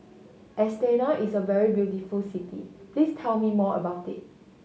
Astana is a very beautiful city please tell me more about it